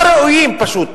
פשוט